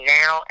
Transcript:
now